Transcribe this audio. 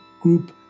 group